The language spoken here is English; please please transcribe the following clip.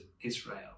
Israel